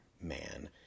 man